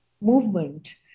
movement